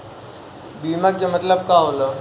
बीमा के मतलब का होला?